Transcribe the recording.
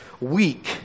weak